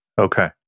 Okay